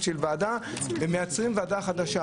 של ועדה ומייצרים תהליך של ועדה חדשה.